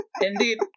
Indeed